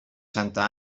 santa